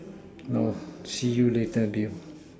no see you later dude